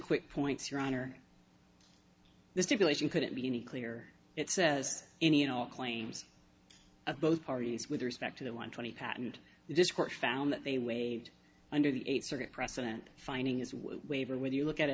quick points your honor the stipulation couldn't be any clearer it says any and all claims of both parties with respect to the one twenty patent this court found that they waived under the eighth circuit precedent finding is whether whether you look at